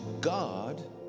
God